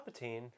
Palpatine